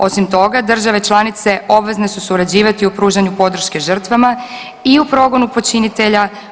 Osim toga, države članice obvezne su surađivati u pružanju podrške žrtvama i u progonu počinitelja.